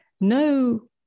no